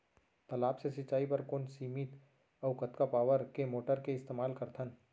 तालाब से सिंचाई बर कोन सीमित अऊ कतका पावर के मोटर के इस्तेमाल करथन?